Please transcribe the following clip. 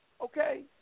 Okay